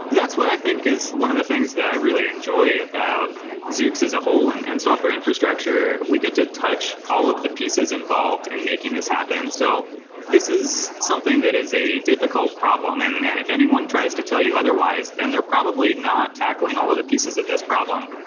that's what i think is one of the things that i really enjoy about zoox as a whole and and software infrastructure. we get to touch all of the pieces involved in making this happen. so this is something that is a difficult problem, and and if anyone tries to tell you otherwise, then they're probably not tackling all of the pieces of this problem.